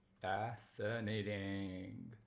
fascinating